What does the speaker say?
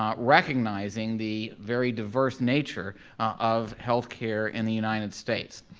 um recognizing the very diverse nature of health care in the united states.